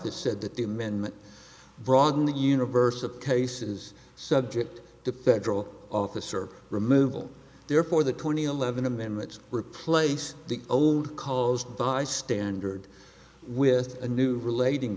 excelsis said that the amendment broaden the universe of cases subject to federal officer removal therefore the twenty eleven amendments replace the old caused by standard with a new relating